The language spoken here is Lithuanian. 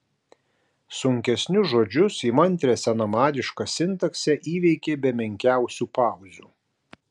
sunkesnius žodžius įmantrią senamadišką sintaksę įveikė be menkiausių pauzių